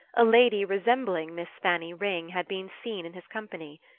a lady resembling miss fanny ring had been seen in his company.